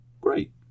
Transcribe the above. great